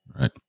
Right